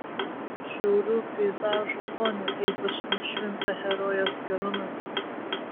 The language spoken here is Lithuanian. atšiaurių peizažų fone ypač nušvinta herojės gerumas